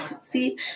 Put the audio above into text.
See